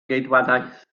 geidwadaeth